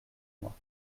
moi